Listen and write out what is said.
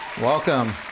Welcome